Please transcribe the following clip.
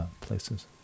places